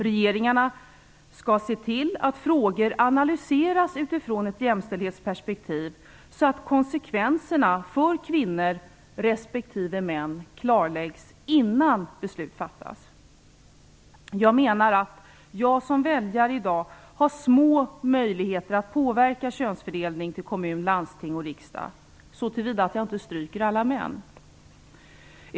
Regeringarna skall se till att frågorna analyseras utifrån ett jämställdhetsperspektiv så att konsekvenserna för kvinnor respektive män klarläggs innan beslut fattas. Jag menar att man som väljare i dag har små möjligheter att påverka könsfördelningen i valen till kommun, landsting och riksdag - så till vida att jag inte stryker alla män.